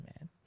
man